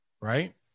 right